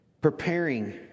preparing